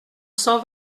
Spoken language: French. cent